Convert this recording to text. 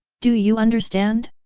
do you understand?